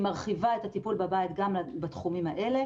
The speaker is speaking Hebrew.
מרחיבה את הטיפול בבית גם בתחומים האלה,